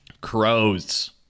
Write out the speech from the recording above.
Crows